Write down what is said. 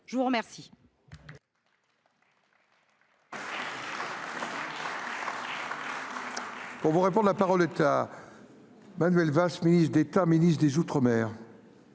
je vous remercie